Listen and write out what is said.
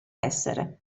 essere